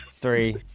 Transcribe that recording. Three